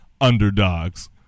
Underdogs